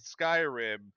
Skyrim